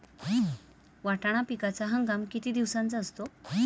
वाटाणा पिकाचा हंगाम किती दिवसांचा असतो?